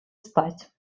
спать